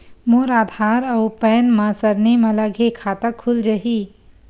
मोर आधार आऊ पैन मा सरनेम अलग हे खाता खुल जहीं?